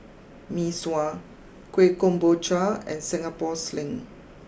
Mee Sua Kueh Kemboja and Singapore sling